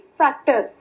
factor